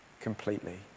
completely